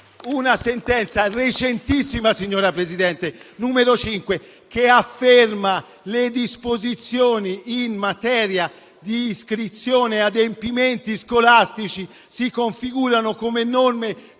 Una sentenza recentissima, signor Presidente, che afferma che le disposizioni in materia d'iscrizione ed adempimenti scolastici si configurano come norme